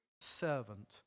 servant